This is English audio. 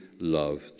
loved